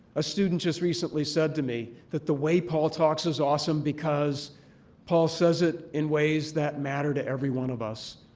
a student just recently said to me that the way paul talks is awesome because paul says it in ways that matter to every one of us.